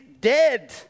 dead